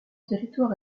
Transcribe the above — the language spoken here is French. territoire